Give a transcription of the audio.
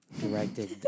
directed